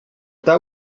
that